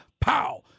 pow